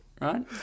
right